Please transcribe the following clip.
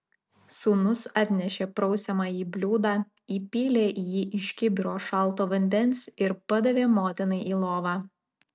sūnus atnešė prausiamąjį bliūdą įpylė į jį iš kibiro šalto vandens ir padavė motinai į lovą